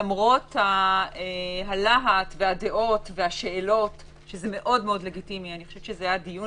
למרות הלהט והדעות והשאלות שזה מאוד לגיטימי אני חושבת שזה היה דיון